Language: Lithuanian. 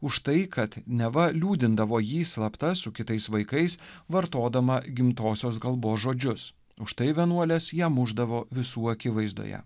už tai kad neva liūdindavo jį slapta su kitais vaikais vartodama gimtosios kalbos žodžius už tai vienuolės ją mušdavo visų akivaizdoje